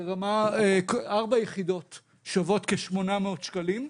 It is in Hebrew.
ארבע יחידות שוות כ-800 שקלים,